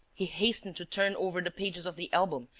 he hastened to turn over the pages of the album,